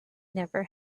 never